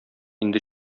инде